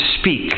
speak